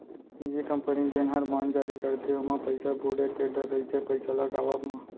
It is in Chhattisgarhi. निजी कंपनी जेन हर बांड जारी करथे ओमा पइसा बुड़े के डर रइथे पइसा लगावब म